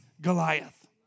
Goliath